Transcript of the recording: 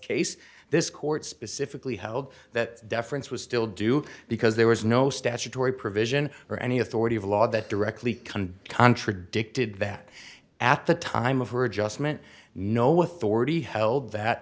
case this court specifically held that deference was still do because there was no statutory provision for any authority of law that directly contradicted that at the time of her adjustment no authority held